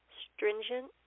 stringent